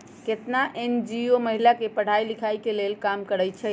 केतना एन.जी.ओ महिला के पढ़ाई लिखाई के लेल काम करअई छई